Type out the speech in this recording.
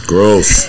Gross